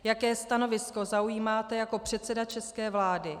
Jaké stanovisko zaujímáte jako předseda české vlády?